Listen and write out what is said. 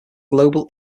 global